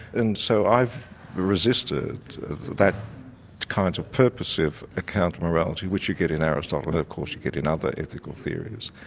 and so i've resisted that kind of purposive account of morality which you get in aristotle and of course you get in other ethical theories.